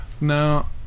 Now